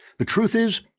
the truth is,